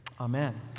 amen